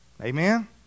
Amen